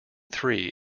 three